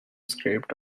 scraped